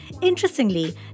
Interestingly